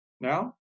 Now